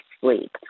sleep